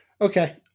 Okay